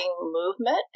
movement